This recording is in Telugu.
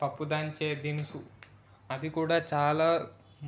పప్పు దంచే దినుసు అది కూడా చాలా